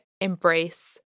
embrace